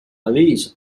alice